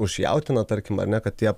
už jautieną tarkim ar ne kad tie